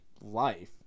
life